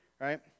right